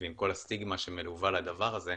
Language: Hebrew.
ועם כל הסטיגמה שמלווה לדבר הזה,